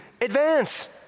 advance